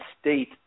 state